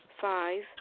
Five